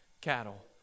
cattle